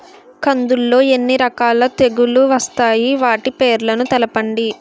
కందులు లో ఎన్ని రకాల తెగులు వస్తాయి? వాటి పేర్లను తెలపండి?